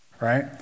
right